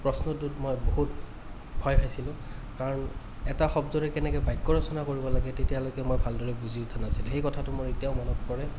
প্ৰশ্নটোত মই বহুত ভয় খাইছিলোঁ কাৰণ এটা শব্দৰে কেনেকৈ বাক্য় ৰচনা কৰিব লাগে তেতিয়ালৈকে মই ভালদৰে বুজি উঠা নাছিলোঁ সেই কথা মোৰ এতিয়াও মনত পৰে